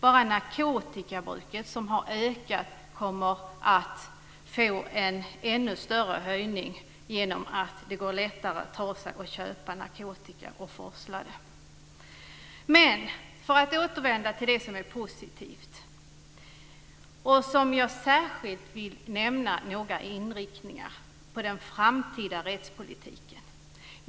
Bara narkotikabruket, som har ökat, kommer att få en ännu större ökning genom att det går lättare att köpa narkotika och forsla den. För att återvända till det som är positivt vill jag särskilt nämna några inriktningar på den framtida rättspolitiken.